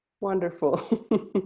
wonderful